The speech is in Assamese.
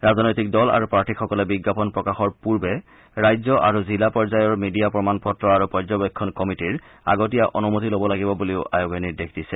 ৰাজনৈতিক দল আৰু প্ৰাৰ্থীসকলে বিজ্ঞাপন প্ৰকাশৰ পূৰ্বে ৰাজ্য আৰু জিলা পৰ্যায়ৰ মিডিয়া প্ৰমাণ পত্ৰ আৰু পৰ্যবেক্ষণ কমিটিৰ আগতীয়া অনুমতি লব লাগিব বুলিও আয়োগে নিৰ্দেশ দিছে